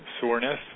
soreness